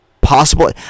possible